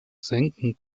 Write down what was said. senken